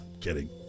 kidding